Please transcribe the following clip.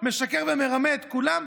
משקר ומרמה את כולם,